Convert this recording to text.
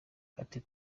ati